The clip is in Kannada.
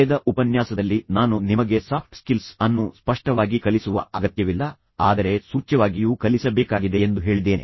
ಕಳೆದ ಉಪನ್ಯಾಸದಲ್ಲಿ ನಾನು ನಿಮಗೆ ಸಾಫ್ಟ್ ಸ್ಕಿಲ್ಸ್ ಅನ್ನು ಸ್ಪಷ್ಟವಾಗಿ ಕಲಿಸುವ ಅಗತ್ಯವಿಲ್ಲ ಆದರೆ ಸೂಚ್ಯವಾಗಿಯೂ ಕಲಿಸಬೇಕಾಗಿದೆ ಎಂದು ಹೇಳಿದ್ದೇನೆ